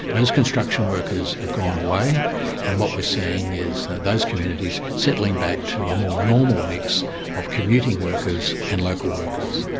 those construction workers have gone away and what we're seeing is those communities settling back to a more normal mix of commuting workers and local workers.